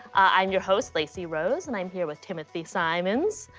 i'm your host lacey rose, and i'm here with timothy simons,